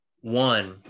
One